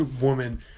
Woman